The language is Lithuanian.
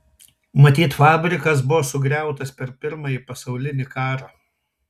matyt fabrikas buvo sugriautas per pirmąjį pasaulinį karą